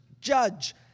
judge